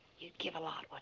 you'd give a lot,